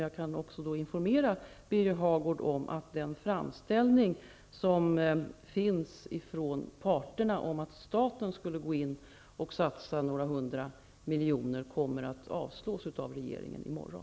Jag kan också informera Birger Hagård om att den framställning som finns från parterna om att staten skulle gå in och satsa några hundra miljoner kommer att avslås av regeringen i morgon.